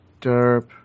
Derp